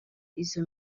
izo